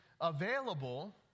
available